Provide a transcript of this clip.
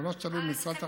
במה שתלוי במשרד התחבורה,